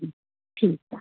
ठीकु आहे